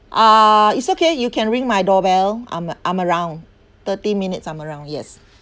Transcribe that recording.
ah it's okay you can ring my doorbell I'm I'm around thirty minutes I'm around yes